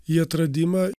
į atradimą